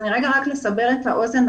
רק לסבר את האוזן,